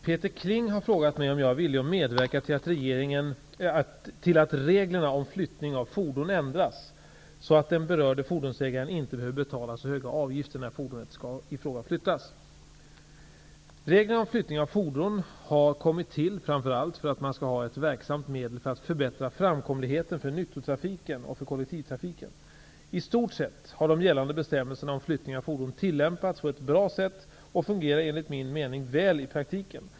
Herr talman! Peter Kling har frågat mig om jag är villig att medverka till att reglerna om flyttning av fordon ändras så att den berörde fordonsägaren inte behöver betala så höga avgifter när fordonet i fråga flyttas. Reglerna om flyttning av fordon har kommit till framför allt för att man skall ha ett verksamt medel för att förbättra framkomligheten för nyttotrafiken och för kollektivtrafiken. I stort sett har de gällande bestämmelserna om flyttning av fordon tillämpats på ett bra sätt och fungerar enligt min mening väl i praktiken.